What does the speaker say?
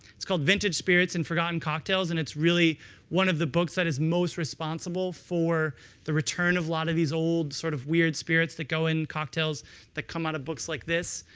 it's called vintage spirits and forgotten cocktails, and it's really one of the books that is most responsible for the return of lot of these old sort of weird spirits they go in cocktails that come out of books like this.